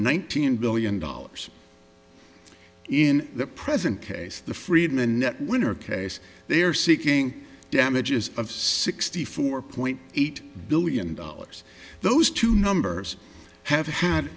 nineteen billion dollars in the present case the freedmen net winner case they are seeking damages of sixty four point eight billion dollars those two numbers have had